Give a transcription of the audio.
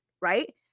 right